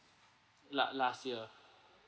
la~ last year